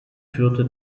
führte